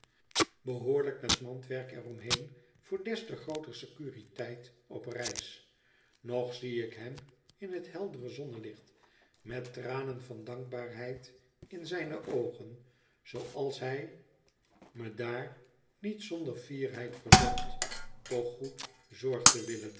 behoorlijk met mandwerk er omheen voor des te grooter securiteit op reis nog zie ik hem in t heldere zonnelicht met tranen van dankbaarheid in zijne oogen zooals hij me daar niet zonder fierheid verzocht toch goed zorg te willen